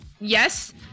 yes